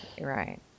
right